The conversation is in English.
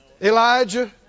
Elijah